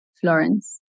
Florence